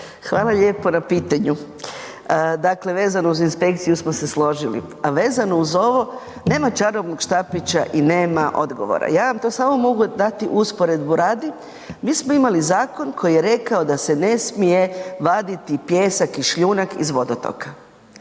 Hvala lijepo na pitanju. Dakle, vezano uz inspekciju mi smo složili a vezano uz ovo, nema čarobnog štapića i nema odgovora, ja vam tu samo mogu dati usporedbu radi, mi smo imali zakon koji je rekao da se ne smije vaditi pijesak i šljunak iz vodotoka.